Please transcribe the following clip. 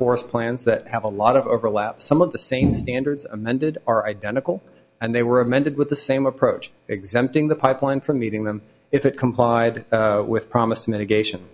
forest plans that have a lot of overlap some of the same standards amended are identical and they were amended with the same approach exempting the pipeline from meeting them if it complied with promised mitigation